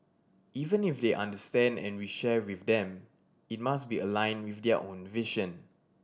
even if they understand and we share with them it must be aligned with their own vision